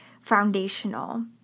foundational